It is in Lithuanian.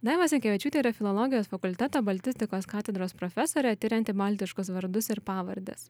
daiva sinkevičiūtė yra filologijos fakulteto baltistikos katedros profesorė tirianti baltiškus vardus ir pavardes